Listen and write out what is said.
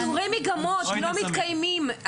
שיעורי המגמות לא מתקיימים,